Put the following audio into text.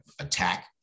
attack